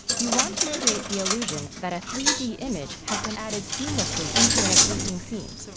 you want to create the illusion that a three d image has been added seamlessly into an existing scene.